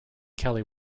kelly